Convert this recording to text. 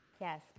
yes